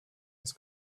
ins